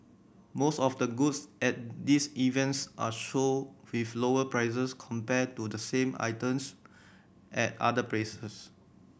most of the goods at these events are sold with lower prices compared to the same items at other places